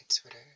Twitter